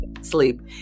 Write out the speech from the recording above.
sleep